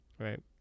Right